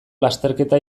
lasterketa